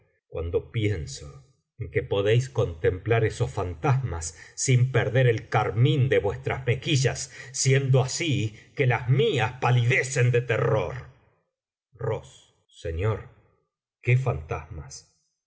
cuando pienso que podéis contemplar esos fantasmas sin perder el carmín de vuestras mejillas siendo así que las mías palidecen de terror señor qué fantasmas